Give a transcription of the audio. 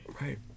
Right